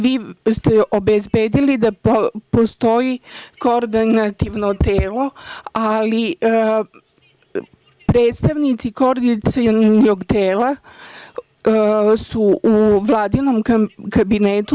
Vi ste obezbedili da postoji Koordinaciono telo, ali predstavnici Koordinacionog tela su u vladinom kabinetu.